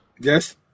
Yes